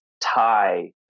tie